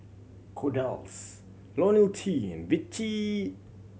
Kordel's Ionil T and Vichy